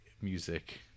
music